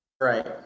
Right